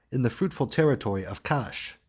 in the fruitful territory of cash,